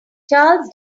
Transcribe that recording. charles